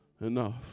enough